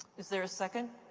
is there a second?